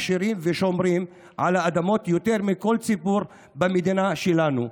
מכשירים ושומרים על האדמות יותר מכל ציבור במדינה שלנו,